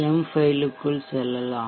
M file க்குள் செல்லலாம்